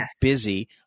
busy